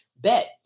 Bet